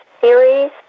series